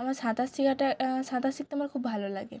আমার সাঁতার শেখাটা সাঁতার শিখতে আমার খুব ভালো লাগে